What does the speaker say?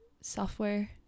software